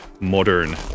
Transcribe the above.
modern